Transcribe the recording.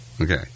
Okay